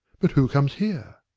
but who comes here?